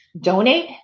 donate